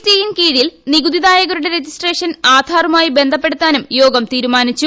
ടിയിൻ കീഴിൽ നികുതിദായകരുടെ രജിസ്ട്രേഷൻ ആധാറുമായി ബന്ധപ്പെടുത്താനും യോഗം തീരുമാനിച്ചു